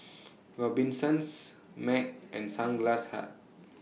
Robinsons Mac and Sunglass Hut